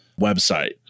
website